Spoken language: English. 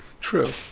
True